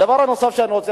הדבר הנוסף שאני רוצה